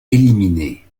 éliminés